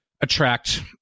attract